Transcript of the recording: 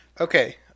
Okay